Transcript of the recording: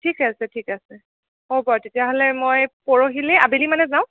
ঠিকে আছে ঠিক আছে হ'ব বাৰু তেতিয়া হ'লে মই পৰহিলে আবেলি মানে যাওঁ